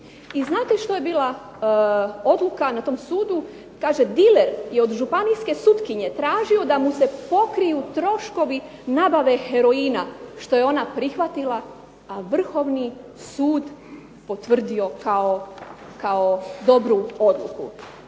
I znate što je bila odluka na tom sudu, kaže "Diler je od županijske sutkinje tražio da mu se pokriju troškovi nabave heroina što je ona prihvatila, a Vrhovni sud potvrdio kao dobru odluku".